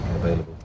available